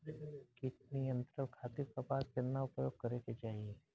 कीट नियंत्रण खातिर कपास केतना उपयोग करे के चाहीं?